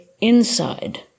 inside